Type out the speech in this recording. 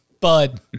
Bud